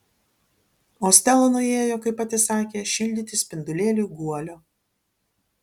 o stela nuėjo kaip pati sakė šildyti spindulėliui guolio